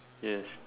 yes